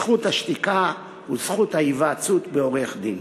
זכות השתיקה וזכות ההיוועצות בעורך-דין.